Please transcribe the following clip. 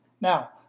Now